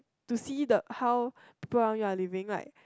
to see that how people around you are living like